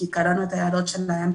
כי קראנו את ההערות שלהם,